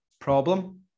problem